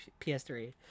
PS3